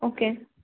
okay